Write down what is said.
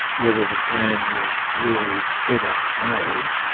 whether the plan was really ever made,